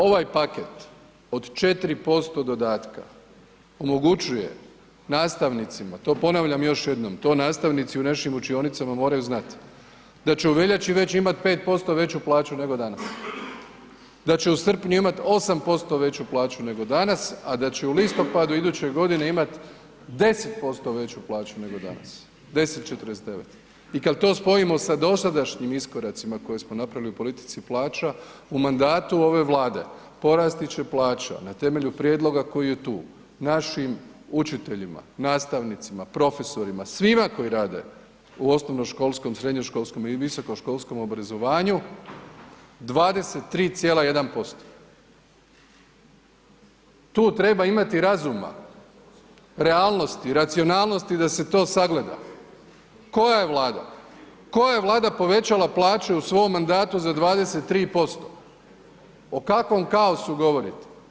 Ovaj paket od 4% dodatka omogućuje nastavnicima, to ponavljam još jednom, to nastavnici u našim učionicama moraju znat, da će u veljači već imat 5% veću plaću nego danas, da će u srpnju imat 8% veću plaću nego danas, a da će u listopadu iduće godine imat 10% veću plaću nego danas, 10,49 i kad to spojimo sa dosadašnjim iskoracima koje smo napravili u politici plaća, u mandatu ove Vlade porasti će plaća na temelju prijedloga koji je tu našim učiteljima, nastavnicima, profesorima, svima koji rade u osnovnoškolskom, srednjoškolskom i visokoškolskom obrazovanju, 23,1%, tu treba imati razuma, realnosti, racionalnosti da se to sagleda, koja je Vlada, koja je Vlada povećala plaće u svom mandatu za 23%, o kakvom kaosu govorite?